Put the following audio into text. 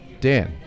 Dan